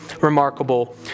remarkable